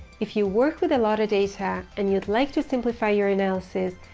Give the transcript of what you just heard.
if you work with a lot of data and you'd like to simplify your analysis,